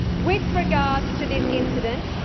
with regards to this incident